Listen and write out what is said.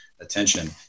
Attention